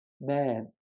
man